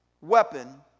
weapon